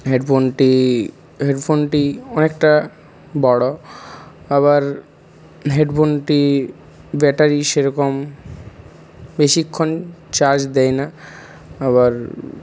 হেডফোনটি হেডফোনটি অনেকটা বড়ো আবার হেডফোনটি ব্যাটারি সেরকম বেশিক্ষণ চার্জ দেয় না আবার